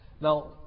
Now